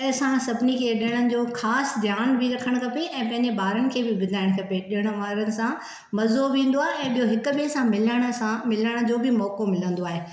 ऐं असां सभिनि खे ॾिणनि जो ख़ास ध्यान बि रखण खपे ऐं पंहिंजे ॿारनि खे बि ॿुधायण खपे ॾिण वारानि सां मज़ो बि ईंदो आहे ऐं ॿियो हिक ॿिए सां मिलण सां मिलण जो बि मोको मिलंदो आहे